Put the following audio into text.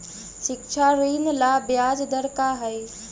शिक्षा ऋण ला ब्याज दर का हई?